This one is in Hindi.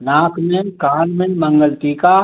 नाक में कान में मंगल टीका